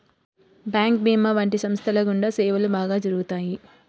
bank భీమా వంటి సంస్థల గుండా సేవలు బాగా జరుగుతాయి